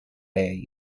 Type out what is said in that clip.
lei